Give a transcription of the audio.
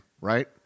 right